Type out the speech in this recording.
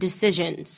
decisions